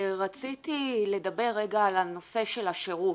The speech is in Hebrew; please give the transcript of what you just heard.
רציתי לדבר על הנושא של השירות.